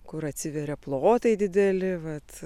kur atsiveria plotai dideli vat